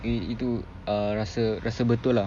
itu uh rasa rasa betul lah